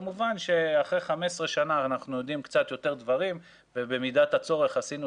כמובן שאחרי 15 שנים אנחנו יודעים קצת יותר דברים ובמידת הצורך עשינו